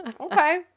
Okay